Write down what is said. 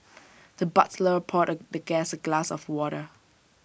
the butler poured the guest A glass of water